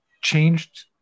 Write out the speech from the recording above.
Changed